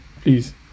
please